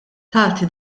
tagħti